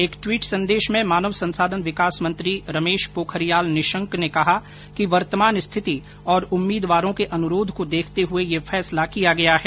एक ट्वीट संदेश में मानव संसाधन विकास मंत्री रमेश पोखरियाल निशंक ने कहा कि वर्तमान स्थिति और उम्मीदवारों के अनुरोध को देखते हुए यह फैसला किया गया है